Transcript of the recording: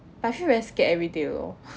but I feel very scared every day though